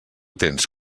tens